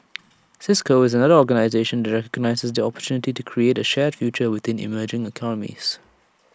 cisco is another organisation that recognises the opportunity to create A shared future within emerging economies